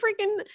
freaking